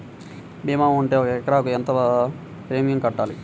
భీమా ఉంటే ఒక ఎకరాకు ఎంత ప్రీమియం కట్టాలి?